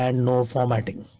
and no formatting.